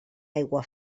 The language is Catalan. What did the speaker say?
aigua